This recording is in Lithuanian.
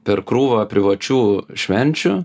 per krūvą privačių švenčių